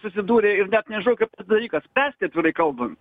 susidūrė ir net nežinau kaip tą dalyką spręsti atvirai kalban